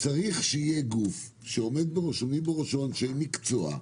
שיהיה גוף שעומדים בראשו אנשי מקצוע.